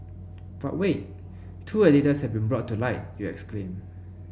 but wait two editors have been brought to light you exclaim